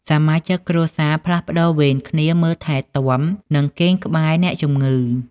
សមាជិកគ្រួសារផ្លាស់ប្តូរវេនគ្នា មើលថែទាំ និងគេងក្បែរអ្នកជម្ងឺ។